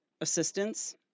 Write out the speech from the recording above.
assistance